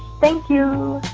thank you